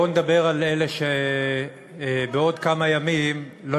בואו נדבר על אלה שבעוד כמה ימים לא